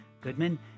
Goodman